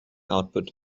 output